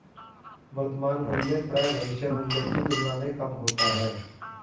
वर्तमान मूल्य प्रायः भविष्य मूल्य की तुलना में कम होता है